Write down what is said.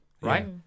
right